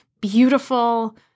beautiful